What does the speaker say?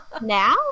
now